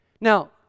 Now